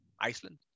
Iceland